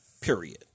Period